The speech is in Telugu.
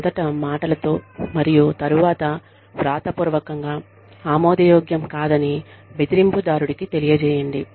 మొదట మాటలతో మరియు తరువాత వ్రాతపూర్వకంగా ఆమోదయోగ్యం కాదని బెదిరింపు దారుడికి తెలియజేయండి